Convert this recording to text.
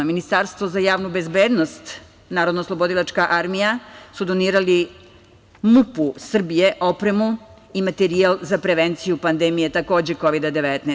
Ministarstvo za javnu bezbednost, narodnooslobodilačka armija su donirali MUP-u Srbije opremu i materijal za prevenciju pandemije, takođe, Kovida-19.